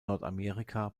nordamerika